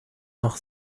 noch